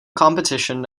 competition